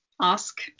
ask